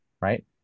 right